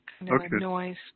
noise